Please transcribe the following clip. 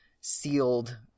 sealed